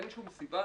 אין שום סיבה,